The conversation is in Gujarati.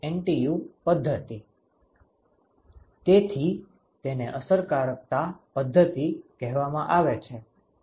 તેથી તેને અસરકારકતા NTU પદ્ધતિ કહેવામાં આવે છે